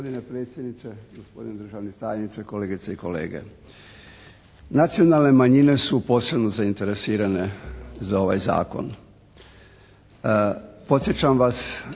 Hvala vam